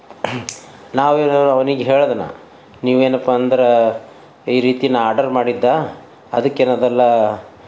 ನಾವು ಅವನಿಗೆ ಹೇಳಿದ ನಾನು ನೀವು ಏನಪ್ಪಾ ಅಂದ್ರೆ ಈ ರೀತಿ ನಾನು ಆರ್ಡರ್ ಮಾಡಿದ್ದ ಅದಕ್ಕೇನದೆಲ್ಲ